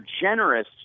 generous